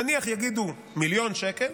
נניח יגידו מיליון שקל,